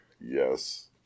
Yes